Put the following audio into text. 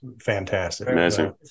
fantastic